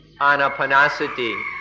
anapanasati